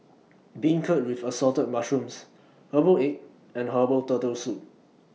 Beancurd with Assorted Mushrooms Herbal Egg and Herbal Turtle Soup